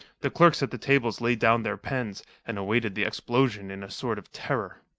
the clerks at the tables laid down their pens, and awaited the explosion in a sort of terror.